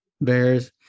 Bears